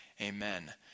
Amen